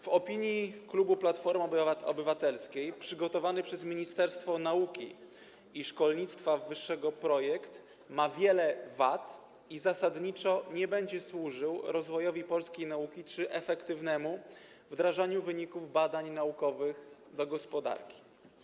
W opinii klubu Platformy Obywatelskiej przygotowany przez Ministerstwo Nauki i Szkolnictwa Wyższego projekt ma wiele wad i zasadniczo nie będzie służył rozwojowi polskiej nauki czy efektywnemu wdrażaniu wyników badań naukowych do gospodarki.